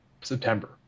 September